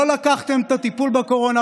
לא לקחתם את הטיפול בקורונה.